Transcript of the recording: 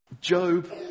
Job